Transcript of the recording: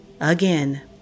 Again